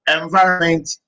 environment